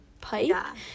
pipe